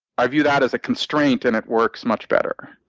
i view that as a constraint and it works much better.